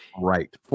right